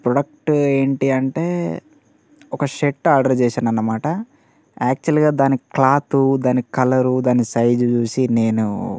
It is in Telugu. ప్రోడక్ట్ ఏంటి అంటే ఒక షర్ట్ ఆర్డర్ చేశాను అనమాట యాక్చువల్గా దాని క్లాత్ దాని కలరు దాని సైజు చూసి నేను